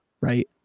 Right